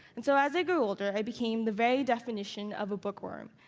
and so, as i grew older, i became the very definition of a bookworm.